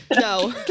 No